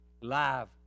live